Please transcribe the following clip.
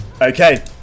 Okay